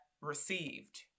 received